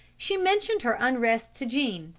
she mentioned her unrest to jean,